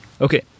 Okay